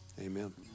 Amen